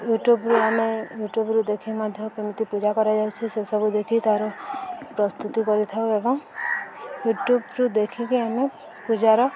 ୟୁଟ୍ୟୁବ୍ରୁ ଆମେ ୟୁଟ୍ୟୁବ୍ରୁ ଦେଖି ମଧ୍ୟ କେମିତି ପୂଜା କରାଯାଉଛି ସେସବୁ ଦେଖି ତା'ର ପ୍ରସ୍ତୁତି କରିଥାଉ ଏବଂ ୟୁଟ୍ୟୁବ୍ରୁୁ ଦେଖିକି ଆମେ ପୂଜାର